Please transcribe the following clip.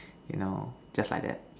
you know just like that